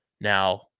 Now